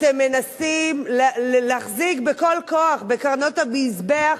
אתם מנסים להחזיק בכל הכוח בקרנות המזבח,